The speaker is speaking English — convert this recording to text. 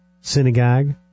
synagogue